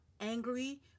angry